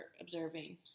observing